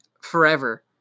forever